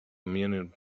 minute